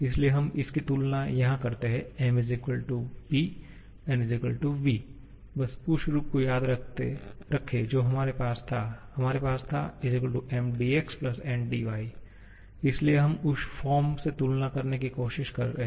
इसलिए हम इसकी तुलना यहां करते हैं M ≡ P N ≡ v बस उस रूप को याद रखें जो हमारे पास था हमारे पास था Mdx Ndy इसलिए हम उस फॉर्म से तुलना करने की कोशिश कर रहे हैं